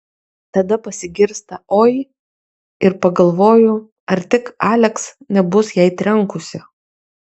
tada pasigirsta oi ir pagalvoju ar tik aleks nebus jai trenkusi